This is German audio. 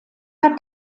hat